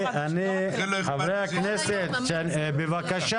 חברי הכנסת יעירו ויעלו הצעות לשינוי, אפילו